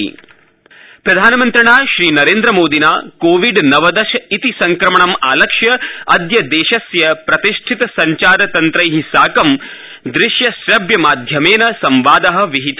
प्रधानमन्त्री मीडिया प्रधानमन्त्रिणा श्रीनरेन्द्रमोदिना कोविड नवदश इति संक्रमणम् आलक्ष्य अद्य देशस्य प्रतिष्ठित सञ्चार तन्त्रै साकं दृश्य श्रव्यमाध्यमेव संवाद विहित